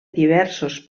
diversos